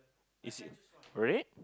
is it red